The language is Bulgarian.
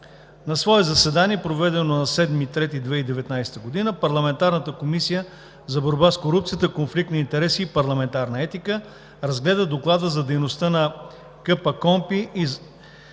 „На свое заседание, проведено на 7 март 2019 г., парламентарната Комисия за борба с корупцията, конфликт на интереси и парламентарна етика разгледа Доклада за дейността на